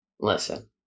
Listen